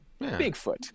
bigfoot